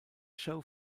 show